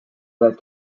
both